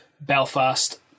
belfast